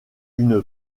une